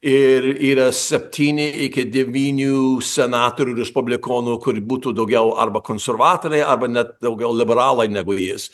ir yra septyni iki devynių senatorių respublikonų kur būtų daugiau arba konservatoriai arba net daugiau liberalai negu jis